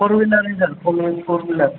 पर विलारनि सार पर विलार